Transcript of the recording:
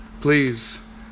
Please